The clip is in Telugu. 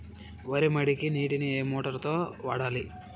వరి మడికి నీటిని ఏ మోటారు తో వాడాలి?